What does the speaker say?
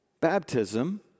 baptism